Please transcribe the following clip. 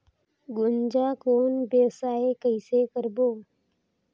गुनजा कौन व्यवसाय कइसे करबो?